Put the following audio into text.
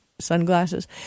sunglasses